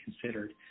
considered